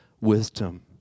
wisdom